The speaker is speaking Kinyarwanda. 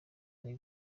hari